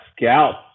scouts